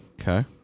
Okay